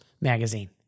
magazine